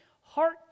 heart